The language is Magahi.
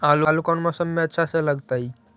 आलू कौन मौसम में अच्छा से लगतैई?